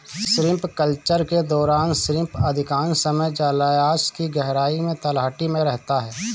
shrimp culture के दौरान shrimp अधिकांश समय जलायश की गहराई में तलहटी में रहता है